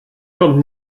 kommt